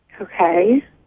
Okay